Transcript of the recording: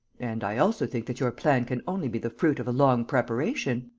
and i also think that your plan can only be the fruit of a long preparation.